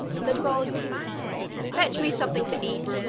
said boldly fetch me something to eat!